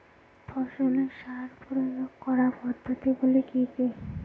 ফসলে সার প্রয়োগ করার পদ্ধতি গুলি কি কী?